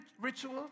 ritual